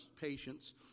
patience